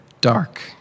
dark